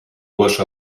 ваш